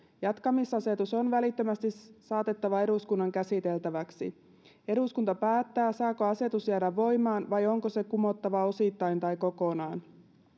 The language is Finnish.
jatkamisasetus on välittömästi saatettava eduskunnan käsiteltäväksi eduskunta päättää saako asetus jäädä voimaan vai onko se kumottava osittain tai kokonaan